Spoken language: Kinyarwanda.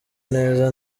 neza